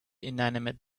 inanimate